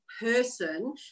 person